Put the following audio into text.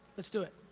let's do it.